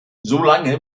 solange